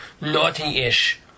naughty-ish